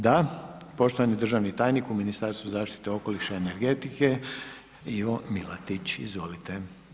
Da, poštovani državni tajnik u Ministarstvu zaštite okoliša i energetike Ivo Milatić, izvolite.